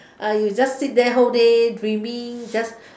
uh you just sit there whole day dreaming just